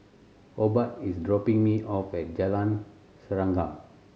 Obed is dropping me off at Jalan Serengam